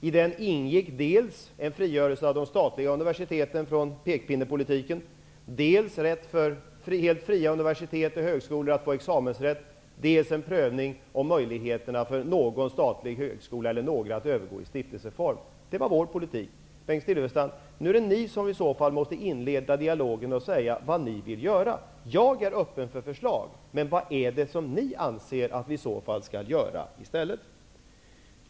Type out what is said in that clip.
I den ingick dels en frigörelse av de statliga universiteten från pekpinnepolitiken, dels att helt fria universitet och högskolor skulle få examensrätt, dels en prövning av möjligheterna för någon eller några statliga högskolor att övergå i stiftelseform. Det var vår politik. Bengt Silfverstrand! Nu är det ni som måste inleda dialogen och säga vad ni vill göra. Jag är öppen för förslag, men vad är det som ni anser att vi skall göra i stället?